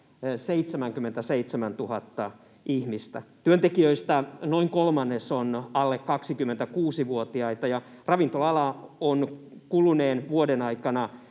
77 000 ihmistä. Työntekijöistä noin kolmannes on alle 26-vuotiaita, ja ravintola-ala on kuluneen vuoden aikana